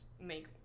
make